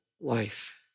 life